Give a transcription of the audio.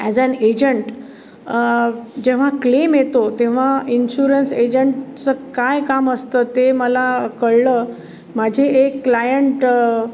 as an agent जेव्हा claim येतो तेव्हा इन्श्युरन्स एजंटचं काय काम असतं ते मला कळलं माझे एक क्लायंट